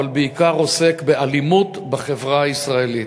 אבל בעיקר עוסק באלימות בחברה הישראלית.